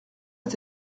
est